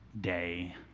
day